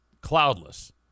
cloudless